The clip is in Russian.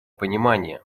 понимание